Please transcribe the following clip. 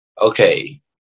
okay